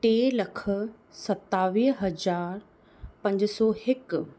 टे लख सतावीह हज़ार पंज सौ हिकु